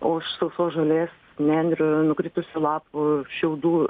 o sausos žolės nendrių nukritusių lapų šiaudų